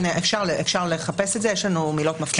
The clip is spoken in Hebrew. אפשר לחפש את זה, יש לנו מילות מפתח.